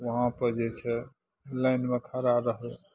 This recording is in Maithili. वहाँपर जे छै लाइनमे खड़ा रहलहुँ